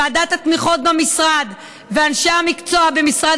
ועדת התמיכות במשרד ואנשי המקצוע במשרד